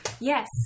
Yes